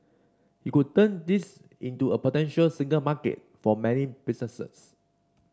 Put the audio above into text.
it could turn this into a potential single market for many businesses